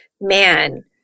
man